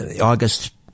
august